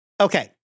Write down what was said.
Okay